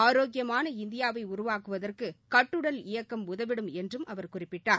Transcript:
ஆரோக்கியமான இந்தியாவை உருவாக்குவதற்கு கட்டுடல் இயக்கம் உதவிடும் என்றும் அவர் குறிப்பிட்டார்